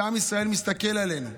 עם ישראל מסתכל עלינו,